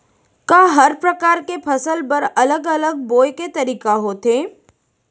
का हर प्रकार के फसल बर अलग अलग बोये के तरीका होथे?